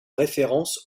référence